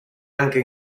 anche